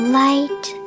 light